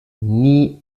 nie